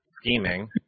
Scheming